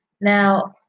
Now